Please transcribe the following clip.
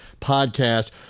podcast